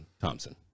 Thompson